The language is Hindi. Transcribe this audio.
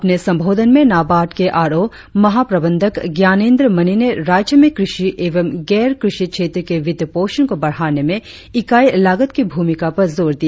अपने संबोधन में नाबार्ड के आर ओ महा प्रबंधक ज्ञानेन्द्र मनी ने राज्य में कृषि एवं गैर कृषि क्षेत्र के वित्त पोषण को बढ़ाने में इकाई लागत की भूमिका पर जोर दिया